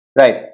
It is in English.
right